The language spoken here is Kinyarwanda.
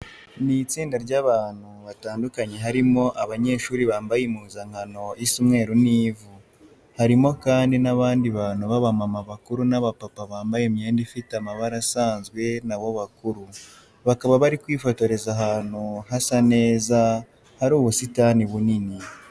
Ni itsinda ry'abantu batandukanye harimo abanyeshuri bambaye impuzankano isa umweru n'ivu. Harimo kandi n'abandi bantu b'abamama bakuru n'abapapa bambaye imyenda ifite amabara asanzwe na bo bakuru. Bakaba bari kwifotoreza ahantu hasa neza hari ubusitani bunini.